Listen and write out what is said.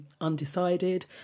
undecided